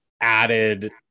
added